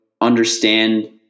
understand